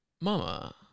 Mama